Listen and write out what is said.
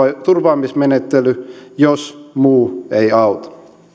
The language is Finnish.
turvaamismenettely jos muu ei auta